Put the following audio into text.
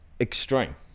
extreme